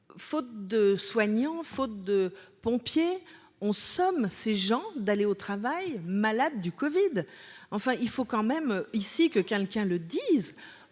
faute de soignants faute de pompiers ont somme ces gens d'aller au travail, malade du Covid, enfin il faut quand même ici que quelqu'un le dise